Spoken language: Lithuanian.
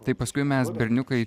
tai paskui mes berniukai